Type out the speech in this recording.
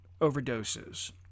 overdoses